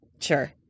sure